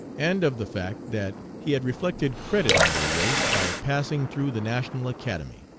and of the fact that he had reflected credit on their race by passing through the national academy.